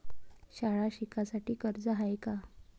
शाळा शिकासाठी कर्ज हाय का?